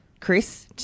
Chris